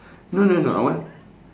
no no no I want